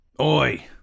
Oi